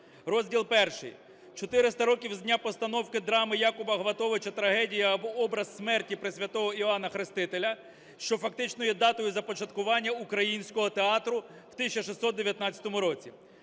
Розділ І: "400 років з дня постановки драми Якуба Ґаватовича "Трагедія, або Образ смерті пресвятого Іоанна Хрестителя", що фактично є датою започаткування українського театру в 1619 році;